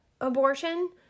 abortion